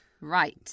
Right